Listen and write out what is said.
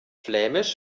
flämisch